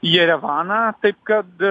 jerevaną taip kad